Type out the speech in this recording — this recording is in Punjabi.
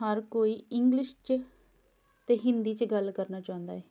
ਹਰ ਕੋਈ ਇੰਗਲਿਸ਼ 'ਚ ਅਤੇ ਹਿੰਦੀ 'ਚ ਗੱਲ ਕਰਨਾ ਚਾਹੁੰਦਾ ਹੈ